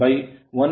041 0